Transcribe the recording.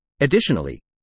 Additionally